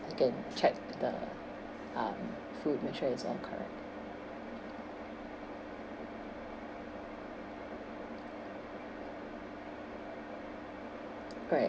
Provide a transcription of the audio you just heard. I can check the um food make sure it's all correct right